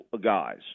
guys